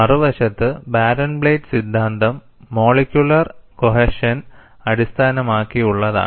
മറുവശത്ത് ബാരൻബ്ലാറ്റ് സിദ്ധാന്തം molecular cohesion അടിസ്ഥാനമാക്കിയുള്ളതാണ്